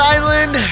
Island